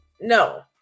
no